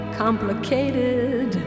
complicated